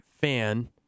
fan